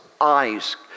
eyes